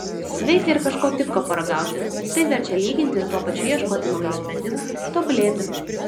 sveika ir kažko kitko paragauti tai verčia lyginti ir tuo pačiu ieškoti naujų sprendimų tobulėti